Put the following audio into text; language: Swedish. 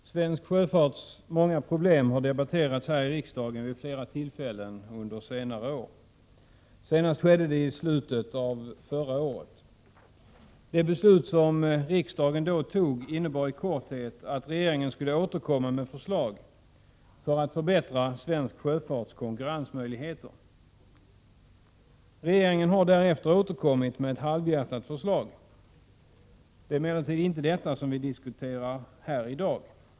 Herr talman! Svensk sjöfarts många problem har debatterats här i riksdagen vid flera tillfällen under senare år. Senast skedde det i slutet av förra året. Det beslut som riksdagen då tog innebar i korthet att regeringen skulle återkomma med förslag för att förbättra svensk sjöfarts konkurrensmöjligheter. Regeringen har därefter återkommit med ett halvhjärtat förslag. Det är emellertid inte detta vi diskuterar i dag.